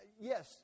yes